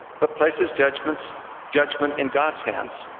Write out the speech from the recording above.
but places judgment judgment in god's hands.